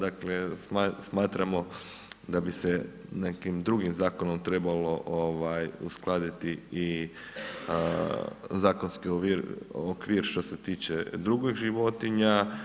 Dakle, smatramo da bi se nekim drugim zakonom trebalo uskladiti i zakonski okvir, što se tiče i drugih životinja.